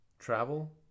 travel